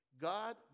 God